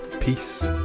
peace